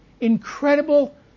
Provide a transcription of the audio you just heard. Incredible